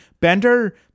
Bender